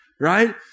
right